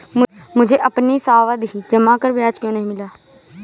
मुझे अपनी सावधि जमा पर ब्याज क्यो नहीं मिला?